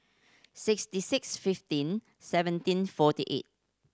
sixty six fifteen seventeen forty eight